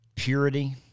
Purity